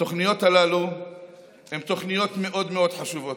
התוכניות הללו הן תוכניות מאוד מאוד חשובות.